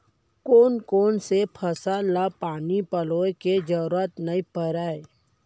कोन कोन से फसल ला पानी पलोय के जरूरत नई परय?